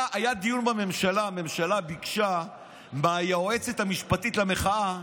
הממשלה ביקשה מהיועצת המשפטית למחאה